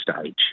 stage